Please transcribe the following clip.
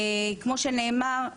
כמו שנאמר,